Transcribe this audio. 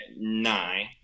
nine